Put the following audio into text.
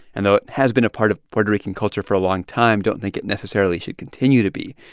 and though it has been a part of puerto rican culture for a long time don't think it necessarily should continue to be.